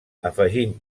afegint